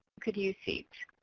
could use seeds.